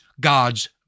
God's